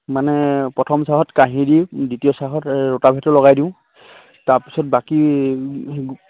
মানে প্ৰথম চাহত কাঁহী দি দ্বিতীয় চাহত ৰোটা ভিত লগাই দিওঁ তাৰপিছত বাকী